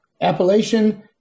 appellation